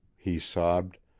he sobbed,